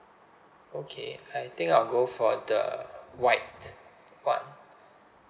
okay I think I'll go for the white one